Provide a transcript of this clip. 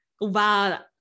Wow